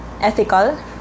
ethical